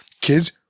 kids